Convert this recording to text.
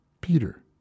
Peter